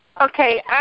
Okay